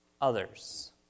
others